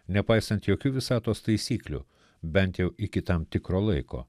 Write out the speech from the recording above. nepaisant jokių visatos taisyklių bent jau iki tam tikro laiko